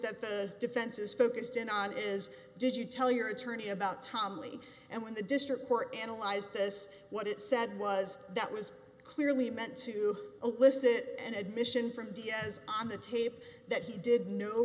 that the defense is focused in on is did you tell your attorney about tom lee and when the district court analyzed this what it said was that was clearly meant to elicit an admission from diaz on the tape that he did know